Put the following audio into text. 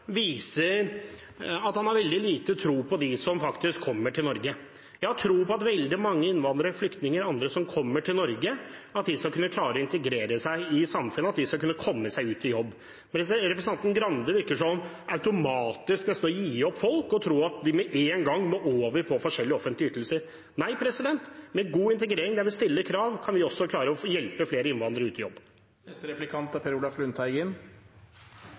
viser at han har veldig liten tro på dem som faktisk kommer til Norge. Jeg har tro på at veldig mange innvandrere, flyktninger og andre som kommer til Norge, skal kunne klare å integrere seg i samfunnet og komme seg ut i jobb. Det virker som om representanten Grande nesten automatisk vil gi opp folk og tror at de må over på forskjellige offentlige ytelser med en gang. Nei, med god integrering, der vi stiller krav, kan vi også klare å hjelpe flere innvandrere ut i jobb. Senterpartiet har aldri beskyldt regjeringa for å rasere velferden eller for å komme med skremselspropaganda. Det som er